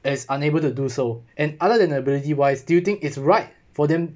as unable to do so and other than the ability wise do you think its right for them